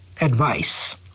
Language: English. advice